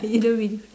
you don't believe